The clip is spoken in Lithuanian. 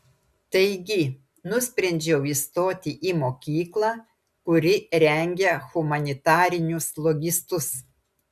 taigi nusprendžiau įstoti į mokyklą kuri rengia humanitarinius logistus